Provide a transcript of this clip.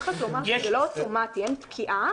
צריך לומר שזה לא אוטומטי, אין פקיעה.